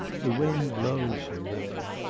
the wind blows from there